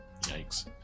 Yikes